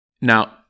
Now